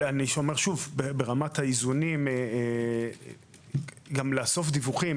שוב , ברמת האיזונים, גם לאסוף דיווחים